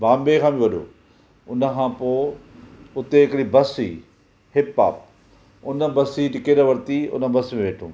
बॉम्बे खां बि वॾो हुन खां पोइ उते हिकिड़ी बस हुई हिप हॉप हुन बस जी टिकट वरिती हुन बस में वेठमि